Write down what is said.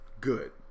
good